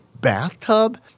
bathtub